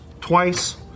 twice